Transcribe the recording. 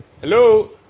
Hello